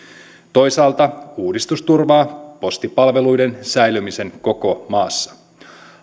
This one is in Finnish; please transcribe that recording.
toisaalta uudistus turvaa postipalveluiden säilymisen koko maassa